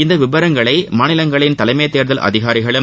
இந்த விவரங்களை மாநிலங்களின் தலைமைத் தேர்தல் அதிகாரிகளும்